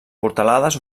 portalades